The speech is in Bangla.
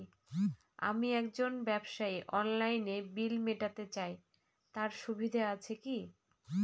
আমি একজন ব্যবসায়ী অনলাইনে বিল মিটাতে চাই তার সুবিধা আছে কি?